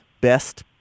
best